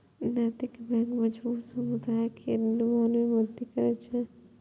नैतिक बैंक मजबूत समुदाय केर निर्माण मे मदति करै छै